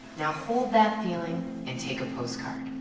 now hold that feeling and take a postcard.